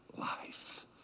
life